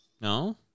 No